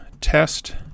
test